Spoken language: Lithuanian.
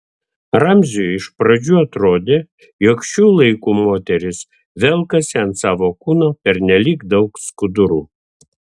ramziui iš pradžių atrodė jog šių laikų moterys velkasi ant savo kūno pernelyg daug skudurų